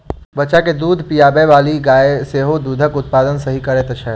बच्चा के दूध पिआबैबाली गाय सेहो दूधक उत्पादन सही करैत छै